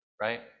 right